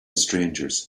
strangers